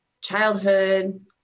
childhood